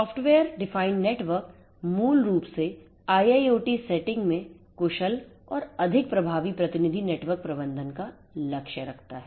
software परिभाषित network मूल रूप से IIoT सेटिंग में कुशल और अधिक प्रभावी प्रतिनिधि नेटवर्क प्रबंधन का लक्ष्य रखता है